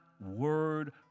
word